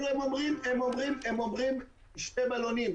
הם אומרים שני בלונים.